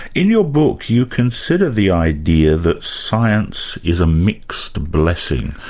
in your book, you consider the idea that science is a mixed blessing.